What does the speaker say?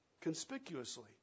conspicuously